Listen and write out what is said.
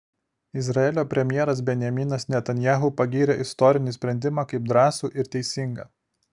izraelio premjeras benjaminas netanyahu pagyrė istorinį sprendimą kaip drąsų ir teisingą